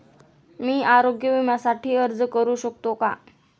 मी आरोग्य विम्यासाठी अर्ज करू शकतो का?